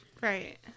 Right